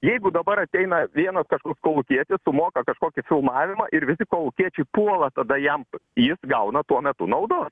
jeigu dabar ateina vienas kažkoks kolukietis sumoka kažkokį filmavimą ir visi kolukiečiai puola tada jam jis gauna tuo metu naudos